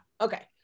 okay